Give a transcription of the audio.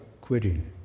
quitting